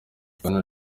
bwana